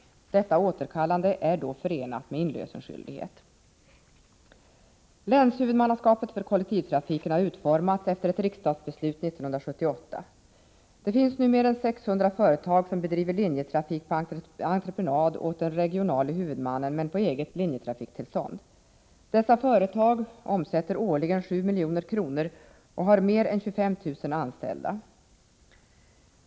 Detta återkallande är då förenat med inlösenskyldighet. Länshuvudmannaskapet för kollektivtrafiken har utformats efter ett riksdagsbeslut 1978. Det finns nu mer än 600 företag som bedriver linjetrafik på entreprenad åt den regionale huvudmannen men på eget linjetrafiktillstånd. Dessa företag omsätter årligen 7 milj.kr. och har mer än 25 000 anställda.